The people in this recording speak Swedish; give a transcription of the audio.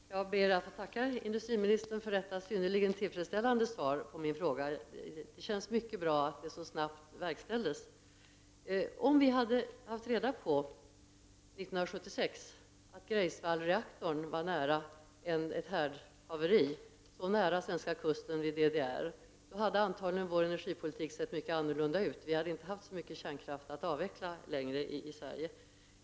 Fru talman! Jag ber att få tacka industriministern för detta synnerligen tillfredsställande svar på min fråga. Det känns mycket bra att det så snabbt verkställdes. Om vi i Sverige 1976 hade vetat att Greiswaldreaktorn nära den svenska kusten i DDR, var nära ett härdhaveri, då hade Sveriges energipolitik antagligen sett mycket annorlunda ut. Vi hade inte haft så mycket kärnkraft att avveckla i Sverige.